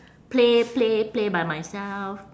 play play play by myself